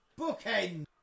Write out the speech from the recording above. Bookend